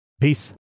Peace